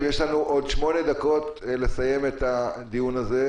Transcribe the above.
יש לנו עוד שמונה דקות כדי לסיים את הדיון הזה,